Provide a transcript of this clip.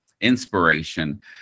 inspiration